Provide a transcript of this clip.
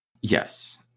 Yes